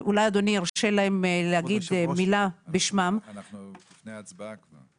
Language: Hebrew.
שאולי אדוני ירשה להם להגיד מילה --- אנחנו לפני הצבעה כבר.